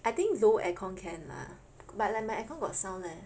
I think no air con can lah but like my aircon got sound leh